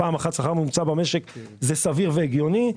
פעם אחת שכר ממוצע במשק זה סביר והגיוני.